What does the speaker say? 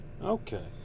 Okay